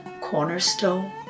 cornerstone